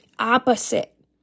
opposite